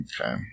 okay